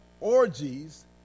orgies